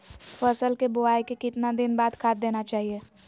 फसल के बोआई के कितना दिन बाद खाद देना चाइए?